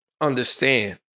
Understand